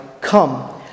Come